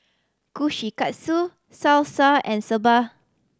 Kushikatsu Salsa and Soba